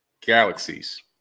galaxies